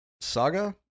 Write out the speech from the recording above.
saga